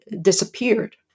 disappeared